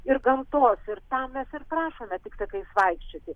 ir gamtos ir tam mes ir prašome tik takais vaikščioti